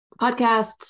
podcasts